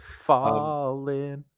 Falling